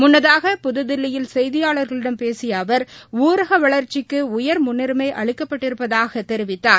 முன்னதாக புதுதில்லியில் செய்தியாளர்களிடம் பேசியஅவர் ஊரகவளர்ச்சிக்குஉயர் முன்னுரிமைஅளிக்கப்பட்டிருப்பதாகத் தெரிவித்தார்